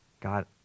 God